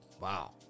Wow